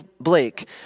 Blake